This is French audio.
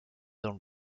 dans